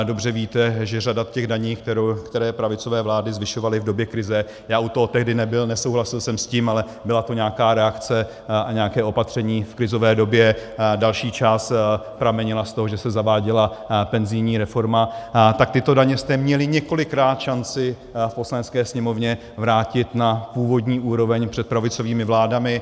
Dobře víte, že řada těch daní, které pravicové vlády zvyšovaly v době krize, já u toho tehdy nebyl, nesouhlasil jsem s tím, ale byla to nějaká reakce a nějaké opatření v krizové době, další část pramenila z toho, že se zaváděla penzijní reforma, tak tyto daně jste měli několikrát šanci v Poslanecké sněmovně vrátit na původní úroveň před pravicovými vládami.